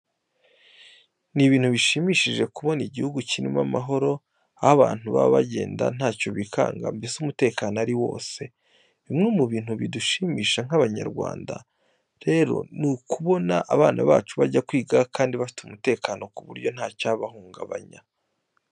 Ni ibintu bishimishije kubona igihugu kirimo amahoro aho abantu baba bagenda ntacyo bikanga, mbese umutekano ari wose. Bimwe mu bintu bidushimisha nk'Abanyarwanda rero ni ukubona abana bacu bajya kwiga kandi bafite umutekano ku buryo nta cyabahungabanya.